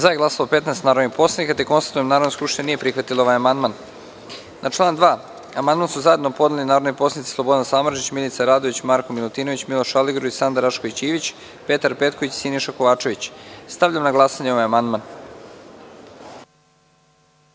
od ukupno 178 narodnih poslanika. Konstatujem da Narodna skupština nije prihvatila ovaj amandman. Na član 8. amandman su zajedno podneli narodni poslanici Slobodan Samardžić, Milica Radović, Marko Milutinović, Miloš Aligrudić, Sanda Rašković-Ivić, Petar Petković i Siniša Kovačević. Stavljam na glasanje ovaj amandman. Molim